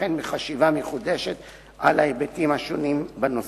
וכן מחשיבה מחודשת על ההיבטים השונים של הנושא.